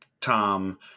Tom